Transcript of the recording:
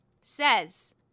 says